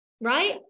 right